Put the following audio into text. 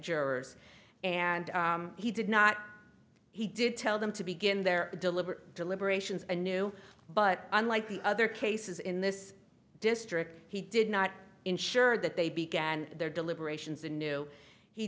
jurors and he did not he did tell them to begin their deliberate deliberations a new but unlike the other cases in this district he did not ensure that they began their deliberations and knew he